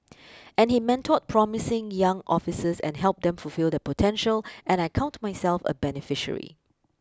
and he mentored promising young officers and helped them fulfil their potential and I count myself a beneficiary